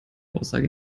aussage